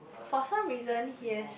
for some reason yes